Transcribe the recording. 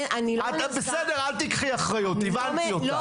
אז בסדר, אל תיקחי אחריות, הבנתי אותך.